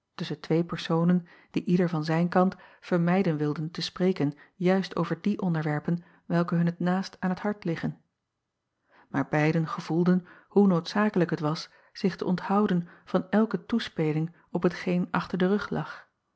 tusschen twee personen die ieder van zijn kant vermijden wilden te spreken juist over die onderwerpen welke hun het naast aan t hart liggen aar beiden gevoelden hoe noodzakelijk het was zich te onthouden van elke toespeling op hetgeen achter den rug lag